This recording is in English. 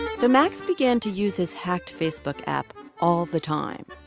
so max began to use his hacked facebook app all the time.